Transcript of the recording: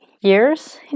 years